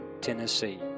Tennessee